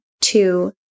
two